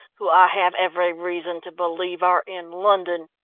who i have every reason to believe are in london.